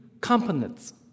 components